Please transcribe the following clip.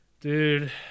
Dude